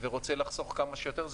ורוצה לחסוך כמה שיותר.